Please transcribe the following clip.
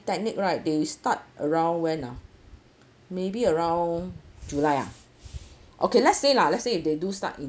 ~ technic right they start around when ah maybe around july ah okay let's say lah let's say if they do start in